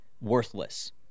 worthless